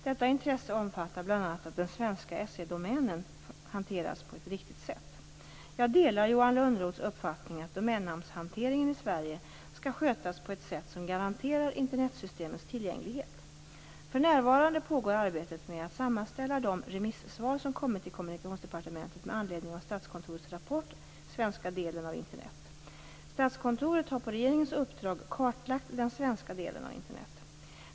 Detta intresse omfattar bl.a. att den svenska .se-domänen hanteras på ett riktigt sätt. Jag delar Johan Lönnroths uppfattning att domännamnshanteringen i Sverige skall skötas på ett sätt som garanterar Internetsystemets tillgänglighet. För närvarande pågår arbetet med att sammanställa de remissvar som kommit till Kommunikationsdepartementet med anledning av Statskontorets rapport Svenska delen av Internet. Statskontoret har på regeringens uppdrag kartlagt den svenska delen av Internet.